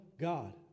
God